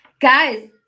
guys